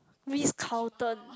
Ritz-Carlton